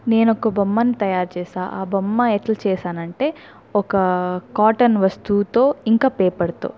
నేను ఒక బొమ్మను తయారుచేసాను ఆ బొమ్మ ఎట్ల చేసానంటే ఒక కాటన్ వస్తువుతో ఇంక పేపర్తో